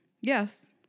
yes